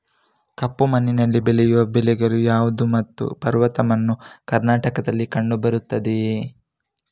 ಕಪ್ಪು ಮಣ್ಣಿನಲ್ಲಿ ಬೆಳೆಯುವ ಬೆಳೆಗಳು ಯಾವುದು ಮತ್ತು ಪರ್ವತ ಮಣ್ಣು ಕರ್ನಾಟಕದಲ್ಲಿ ಕಂಡುಬರುತ್ತದೆಯೇ?